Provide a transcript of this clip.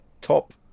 top